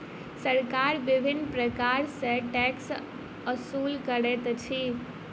सरकार विभिन्न प्रकार सॅ टैक्स ओसूल करैत अछि